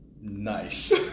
Nice